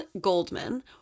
Goldman